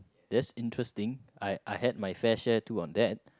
that's interesting I I had my fair share too on that